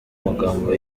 magambo